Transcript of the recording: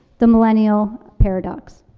the millennial paradox.